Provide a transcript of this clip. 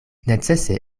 necese